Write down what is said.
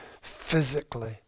physically